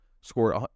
scored